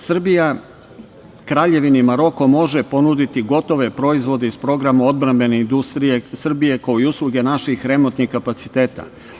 Srbija Kraljevini Maroko može ponuditi gotove proizvode iz programa odbrambene industrije Srbije, kao i usluge naših remontnih kapaciteta.